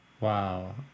Wow